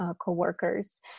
co-workers